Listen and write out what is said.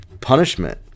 punishment